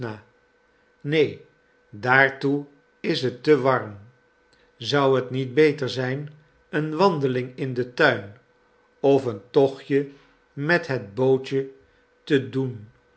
neen daartoe is het te warm zou het niet beter zijn een wandeling in den tuin of een tochtje met het bootje te doen